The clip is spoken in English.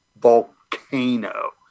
volcano